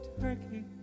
turkey